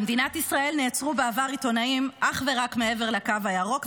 במדינת ישראל נעצרו בעבר עיתונאים אך ורק מעבר לקו הירוק,